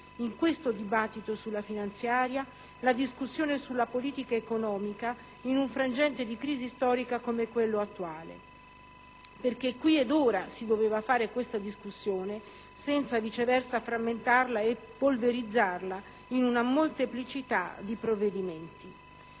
in questo dibattito sulla manovra finanziaria, la discussione sulla politica economica in un frangente di crisi storica come quello attuale, perché qui ed ora si doveva fare tale discussione senza viceversa frammentarla e polverizzarla in una molteplicità di provvedimenti.